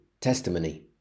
testimony